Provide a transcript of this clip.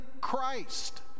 Christ